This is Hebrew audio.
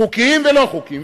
חוקיים ולא חוקיים,